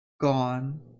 Gone